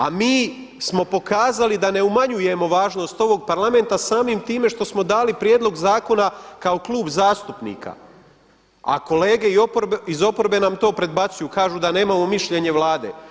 A mi smo pokazali da ne umanjujemo važnost ovog Parlamenta samim time što smo dali prijedlog zakona kao klub zastupnika, a kolege iz oporbe nam to predbacuju, kažu da nemamo mišljenje Vlade.